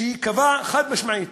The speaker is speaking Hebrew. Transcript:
שקבע חד-משמעית: